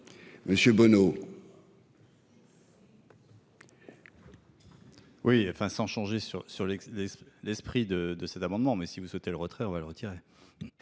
Monsieur Bonneau,